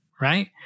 right